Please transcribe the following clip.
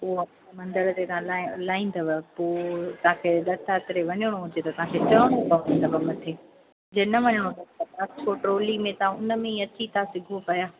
पोइ अंबा मंदरु जा नाला अलाई अथव पोइ तव्हांखे दत्तात्रेय वञिणो हुजे त तव्हांखे चरणो पवंदव मथे जंहिं न वञिणो अथव त तव्हां ट्रॉली में तव्हां हुन में ई अची था सघो पिया